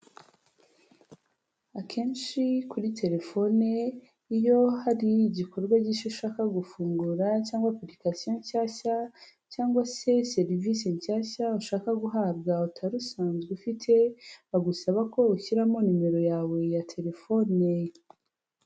Akenshi kuri telefone iyo hari igikorwa gishya ushaka gufungura cyangwa apurikasiyo nshyashya, cyangwa se serivisi nshyashya ushaka guhabwa utari usanzwe ufite, bagusaba ko ushyiramo nimero yawe ya telefone.